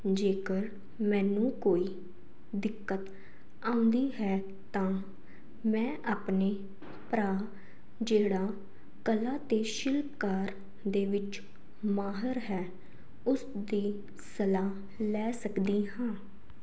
ਜੇਕਰ ਮੈਨੂੰ ਕੋਈ ਦਿੱਕਤ ਆਉਂਦੀ ਹੈ ਤਾਂ ਮੈਂ ਆਪਣੇ ਭਰਾ ਜਿਹੜਾ ਕਲਾ ਅਤੇ ਸ਼ਿਲਪਕਾਰ ਦੇ ਵਿੱਚ ਮਾਹਰ ਹੈ ਉਸ ਦੀ ਸਲਾਹ ਲੈ ਸਕਦੀ ਹਾਂ